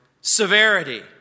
severity